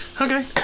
Okay